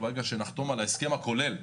ברגע שנחתום על ההסכם הכולל,